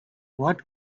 what